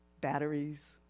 batteries